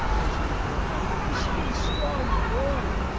answered the girl, i have to spin straw into gold,